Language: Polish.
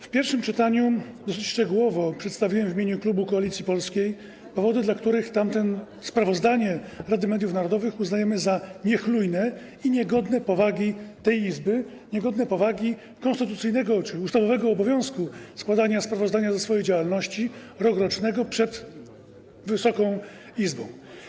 W pierwszym czytaniu dosyć szczegółowo przedstawiłem w imieniu klubu Koalicji Polskiej powody, w przypadku których sprawozdanie Rady Mediów Narodowych uznajemy za niechlujne i niegodne powagi tej Izby, niegodne powagi konstytucyjnego czy ustawowego obowiązku składania rokrocznie sprawozdania ze swojej działalności przed Wysoką Izbą.